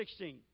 16